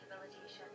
rehabilitation